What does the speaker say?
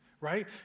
right